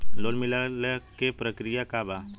Loan मिलेला के प्रक्रिया का बा?